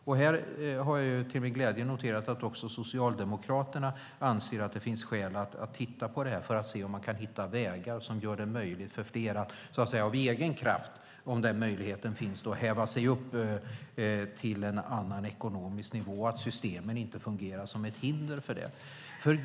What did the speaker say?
Till min glädje har jag noterat att också Socialdemokraterna anser att det finns skäl att titta närmare på det här för att se om man kan hitta vägar som gör det möjligt för fler att så att säga av egen kraft, om den möjligheten finns, häva sig upp till en annan ekonomisk nivå och att systemen inte fungerar som ett hinder för det.